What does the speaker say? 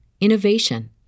innovation